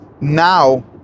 now